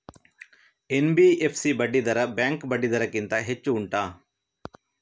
NBFC ಬಡ್ಡಿ ದರ bank ಬಡ್ಡಿ ದರ ಗಿಂತ ಹೆಚ್ಚು ಉಂಟಾ